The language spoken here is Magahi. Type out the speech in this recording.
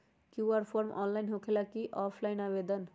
कियु.आर फॉर्म ऑनलाइन होकेला कि ऑफ़ लाइन आवेदन?